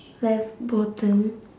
left bottom